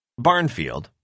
Barnfield